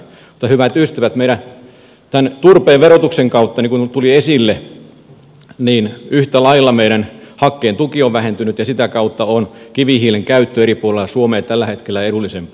mutta hyvät ystävät meidän tämän turpeen verotuksen kautta niin kuin tuli esille yhtä lailla meidän hakkeen tuki on vähentynyt ja sitä kautta on kivihiilen käyttö eri puolilla suomea tällä hetkellä edullisempaa